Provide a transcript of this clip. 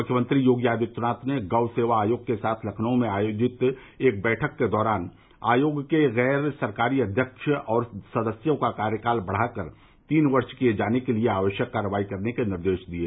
मुख्यमंत्री योगी आदित्यनाथ ने गौ सेवा आयोग के साथ लखनऊ में आयोजित एक बैठक के दौरान आयोग के गैर सरकारी अध्यक्ष और सदस्यों का कार्यकाल बढ़ा कर तीन वर्ष किये जाने के लिये आवश्यक कार्रवाई करने के निर्देश दिये